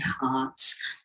hearts